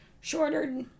shorter